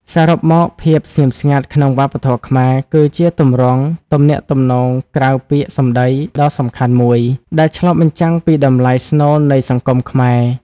សរុបមក ភាពស្ងៀមស្ងាត់ក្នុងវប្បធម៌ខ្មែរគឺជាទម្រង់ទំនាក់ទំនងក្រៅពាក្យសំដីដ៏សំខាន់មួយ ដែលឆ្លុះបញ្ចាំងពីតម្លៃស្នូលនៃសង្គមខ្មែរ។